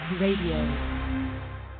Radio